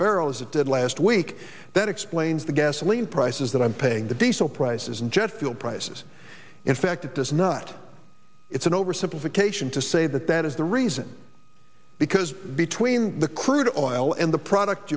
barrel as it did last week that explains the gasoline prices that i'm paying the diesel prices and jet fuel prices in fact it does not it's an oversimplification to say that that is the reason because between the crude oil and the product